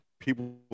people